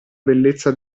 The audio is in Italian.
bellezza